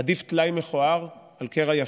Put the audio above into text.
עדיף טלאי מכוער על קרע יפה.